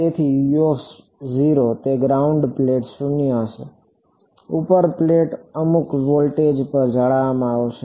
તેથી તેની ground plate 0 હશે અને ઉપરની પ્લેટ અમુક વોલ્ટેજ પર જાળવવામાં આવશે